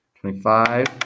twenty-five